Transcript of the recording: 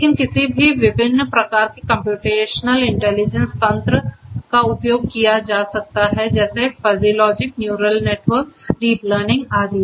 लेकिन किसी भी विभिन्न प्रकार के कम्प्यूटेशनल इंटेलिजेंस तंत्र का उपयोग किया जा सकता है जैसे fuzzy logic neural network deep learning आदि